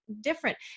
different